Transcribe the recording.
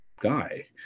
guy